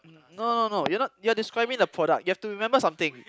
no no no you're not you're describing the product you have to remember something